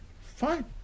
Fine